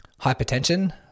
hypertension